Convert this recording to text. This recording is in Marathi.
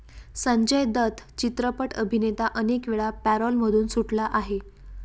संजय दत्त चित्रपट अभिनेता अनेकवेळा पॅरोलमधून सुटला आहे